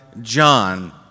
John